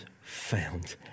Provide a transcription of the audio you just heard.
found